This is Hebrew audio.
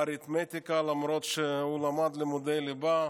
באריתמטיקה, למרות שהוא למד לימודי ליבה.